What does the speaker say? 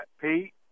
Pete